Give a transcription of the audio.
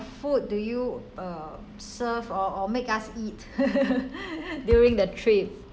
food do you uh serve or or make us eat during the trip